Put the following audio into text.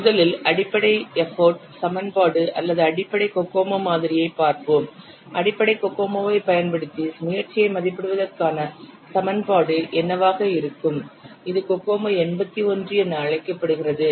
முதலில் அடிப்படை எப்போட் சமன்பாடு அல்லது அடிப்படை கோகோமோ மாதிரியைப் பார்ப்போம் அடிப்படை கோகோமோவைப் பயன்படுத்தி முயற்சியை மதிப்பிடுவதற்கான சமன்பாடு என்னவாக இருக்கும் இது கோகோமோ 81 என அழைக்கப்படுகிறது